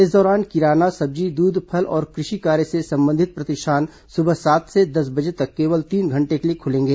इस दौरान किराना सब्जी दूध फल और कृषि संबंधित प्रतिष्ठान सुबह सात से दस बजे तक केवल तीन घंटे के लिए खुलेंगे